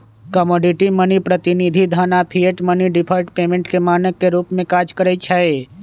commodity money, प्रतिनिधि धन आऽ फिएट मनी डिफर्ड पेमेंट के मानक के रूप में काज करइ छै